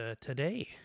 today